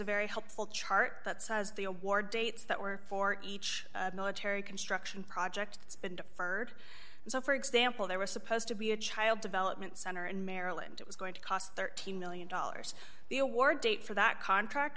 a very helpful chart that says the award dates that were for each military construction project that's been deferred and so for example there were supposed to be a child development center in maryland it was going to cost thirteen million dollars the award date for that contract